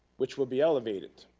which will be elevated.